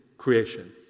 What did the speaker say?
creation